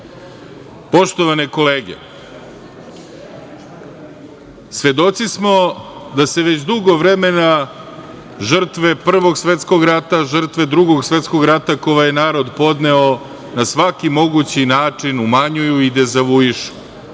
dece. Poštovane kolege, svedoci smo da se već dugo vremena žrtve Prvog svetskog rata, žrtve Drugog svetskog rata koje je ovaj narod podneo na svaki mogući način umanjuju i dezavuišu,